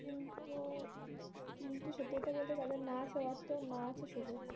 কিন্তু কিন্তু সত্যতা বলতে তাদের না আছে অর্থ না আছে সুযোগ